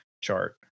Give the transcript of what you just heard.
chart